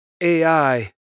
AI